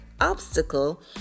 obstacle